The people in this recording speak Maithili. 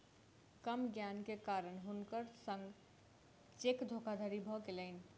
कम ज्ञान के कारण हुनकर संग चेक धोखादड़ी भ गेलैन